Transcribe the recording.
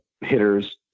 hitters